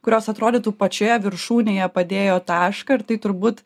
kurios atrodytų pačioje viršūnėje padėjo tašką ir tai turbūt